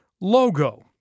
logo